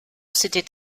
s’était